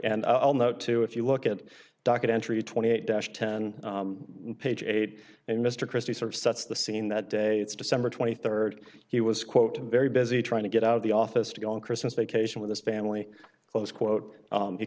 and i'll note too if you look at docket entry twenty eight dash ten page eight and mr christie sort of sets the scene that day it's december twenty third he was quote very busy trying to get out of the office to go on christmas vacation with his family close quote